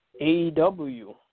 AEW